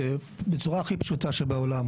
בצורה הכי פשוטה שבעולם,